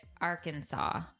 Arkansas